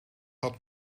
had